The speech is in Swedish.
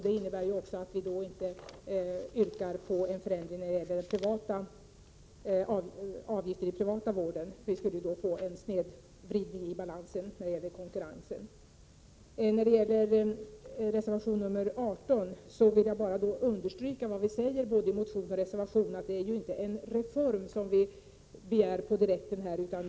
Det innebär att vi då inte yrkar på en förändring av avgiften i den privata vården. Det skulle ju annars bli en snedvridning i balansen när det gäller konkurrensen. När det gäller reservation 18 vill jag bara understryka det vi säger både i motionen och i reservationen, nämligen att vi inte omedelbart kräver en reform utan en utredning.